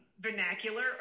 vernacular